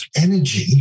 energy